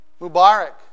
Mubarak